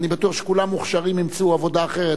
אני בטוח שכולם מוכשרים, ימצאו עבודה אחרת.